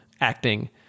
acting